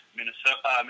Minnesota